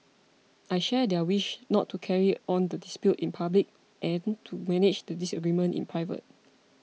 I share their wish not to carry on the dispute in public and to manage the disagreement in private